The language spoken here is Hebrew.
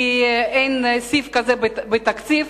כי אין סעיף כזה בתקציב.